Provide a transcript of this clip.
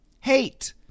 hate